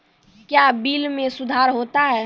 क्या बिल मे सुधार होता हैं?